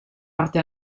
parte